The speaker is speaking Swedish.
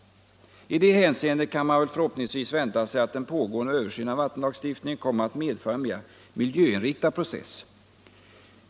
I detta avseende kan man förhoppningsvis vänta sig att den pågående översynen av vattenlagstiftningen kommer att medföra en mera miljöinriktad process.